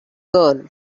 girl